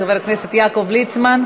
חיכינו מתי זה יגיע, השר ליצמן.